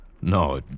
No